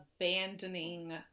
abandoning